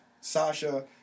Sasha